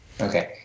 Okay